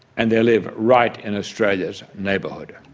and they live right in australia's neighbourhood.